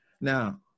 Now